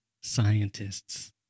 scientists